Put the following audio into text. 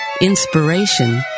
inspiration